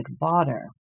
water